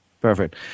Perfect